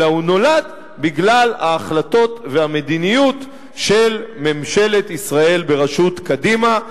אלא בגלל ההחלטות והמדיניות של ממשלת ישראל בראשות קדימה,